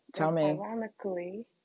ironically